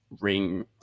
ring